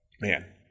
man